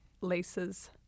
laces